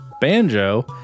Banjo